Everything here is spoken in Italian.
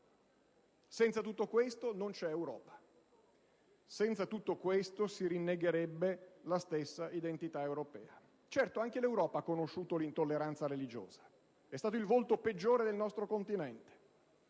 Senza tutto questo non c'è Europa. Senza tutto questo si rinnegherebbe la stessa identità europea. Certo, anche l'Europa ha conosciuto l'intolleranza religiosa. È stato il volto peggiore del nostro continente.